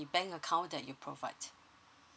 bank account that you provide